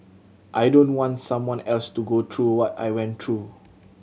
I don't want someone else to go through what I went through